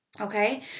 Okay